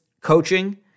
coaching